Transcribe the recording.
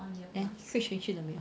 then switch 回去了没有